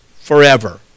forever